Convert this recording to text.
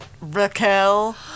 Raquel